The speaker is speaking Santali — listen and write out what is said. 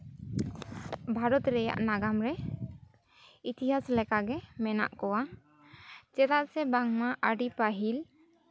ᱵᱷᱟᱨᱚᱛ ᱨᱮᱭᱟᱜ ᱱᱟᱜᱟᱢ ᱨᱮ ᱤᱛᱤᱦᱟᱥ ᱞᱮᱠᱟᱜᱮ ᱢᱮᱱᱟᱜ ᱠᱚᱣᱟ ᱪᱮᱫᱟᱜ ᱥᱮ ᱵᱟᱝᱢᱟ ᱟᱹᱰᱤ ᱯᱟᱹᱦᱤᱞ